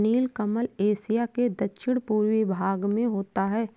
नीलकमल Asia के दक्षिण पूर्वी भाग में होता है